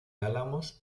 álamos